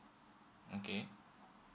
okay